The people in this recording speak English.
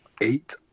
eight